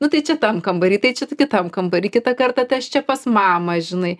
nu tai čia tam kambary tai čia kitam kambary kitą kartą tai aš čia pas mamą žinai